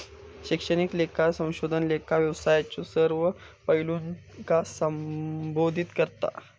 शैक्षणिक लेखा संशोधन लेखा व्यवसायाच्यो सर्व पैलूंका संबोधित करता